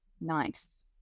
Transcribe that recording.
nice